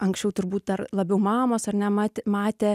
anksčiau turbūt dar labiau mamos ar ne ma matė